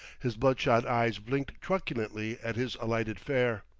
his bloodshot eyes blinked truculently at his alighted fare.